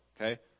okay